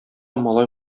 малай